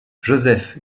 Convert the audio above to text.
joseph